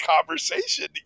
conversation